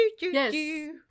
Yes